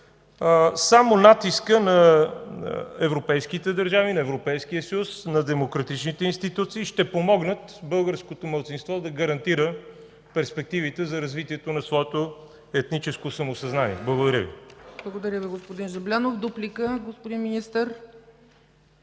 Само натискът на европейските държави, на Европейския съюз, на демократичните институции ще помогне българското малцинство да гарантира перспективите за развитието на своето етническо самосъзнание. Благодаря Ви. ПРЕДСЕДАТЕЛ ЦЕЦКА ЦАЧЕВА: Благодаря Ви, господин Жаблянов. Дуплика – господин Министър.